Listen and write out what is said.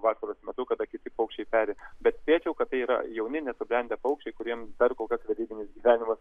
vasaros metu kada kiti paukščiai peri bet spėčiau kad tai yra jauni nesubrendę paukščiai kuriem dar kol kas vedybinis gyvenimas